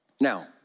Now